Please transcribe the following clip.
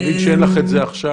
אני מניח שאין לך את זה עכשיו.